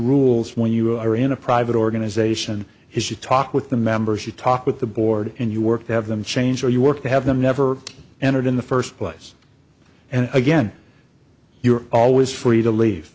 rules when you are in a private organization is you talk with the members you talk with the board and you work to have them change or you work to have them never entered in the first place and again you're always free to leave